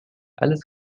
alles